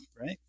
right